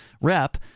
rep